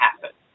happen